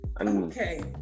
Okay